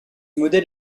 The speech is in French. modèle